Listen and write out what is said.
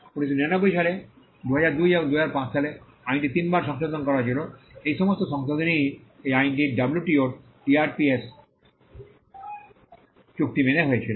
1999 সালে ২০০২ এবং ২০০৫ সালে আইনটি তিনবার সংশোধন করা হয়েছিল এই সমস্ত সংশোধনীই এই আইনটি ডব্লিউটিওর টিআরআইপিএস চুক্তি মেনে নিয়েছিল